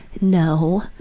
no,